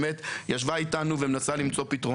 היא באמת ישבה איתנו ומנסה למצוא פתרונות